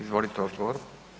Izvolite odgovor.